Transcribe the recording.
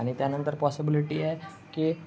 आणि त्यानंतर पॉसिबिलिटी आहे की